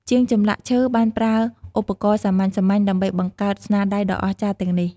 ជាងចម្លាក់ឈើបានប្រើឧបករណ៍សាមញ្ញៗដើម្បីបង្កើតស្នាដៃដ៏អស្ចារ្យទាំងនេះ។